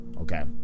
okay